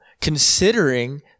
considering